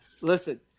listen